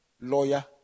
lawyer